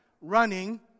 running